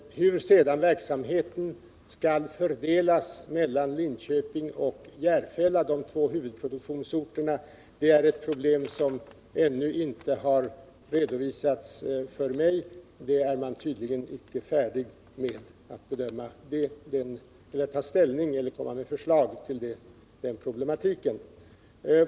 Hur sedan verksamheten skall fördelas mellan Linköping och Järfälla, de två huvudproduktionsorterna, är ett problem som ännu inte har redovisats för mig — man är tydligen ännu inte beredd att komma med förslag rörande den problematiken.